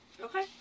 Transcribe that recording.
Okay